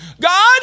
God